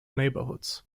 neighborhoods